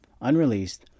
unreleased